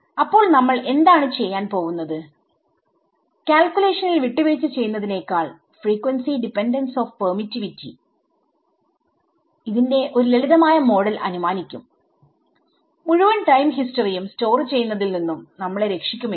അപ്പോൾ നമ്മൾ എന്താണ് ചെയ്യാൻ പോവുന്നത്കാൽക്കുലേഷനിൽ വിട്ടുവീഴ്ച ചെയ്യുന്നതിനേക്കാൾ ഫ്രീക്വൻസി ഡിപെൻഡൻസ് of പെർമിറ്റിവിറ്റി യുടെ ഒരു ലളിതമായ മോഡൽ അനുമാനിക്കുംമുഴുവൻ ടൈം ഹിസ്റ്ററിയുo സ്റ്റോർ ചെയ്യുന്നതിൽ നിന്നും നമ്മളെ രക്ഷിക്കുമെങ്കിൽ